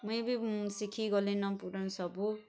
ମୁଇଁ ବି ଶିଖି ଗଲିନ ପୁରନ୍ ସବୁ